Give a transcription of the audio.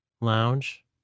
lounge